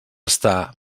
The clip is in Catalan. està